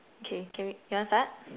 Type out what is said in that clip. okay can we you want to start